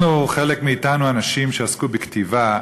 אנחנו, חלק מאתנו, אנשים שעסקו בכתיבה,